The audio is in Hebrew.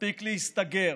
מספיק להסתגר,